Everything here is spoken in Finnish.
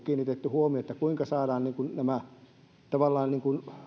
kiinnitetty huomiota tämmöiseen asiaan kuinka saadaan nämä kunnat tavallaan